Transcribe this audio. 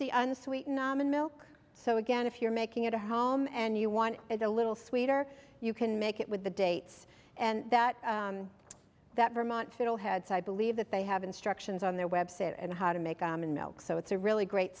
the unsweetened almond milk so again if you're making it a home and you want it a little sweeter you can make it with the dates and that that vermont fiddleheads i believe that they have instructions on their website and how to make almond milk so it's a really great